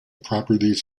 properties